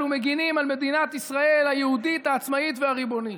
ומגינים על מדינת ישראל היהודית העצמאית והריבונית.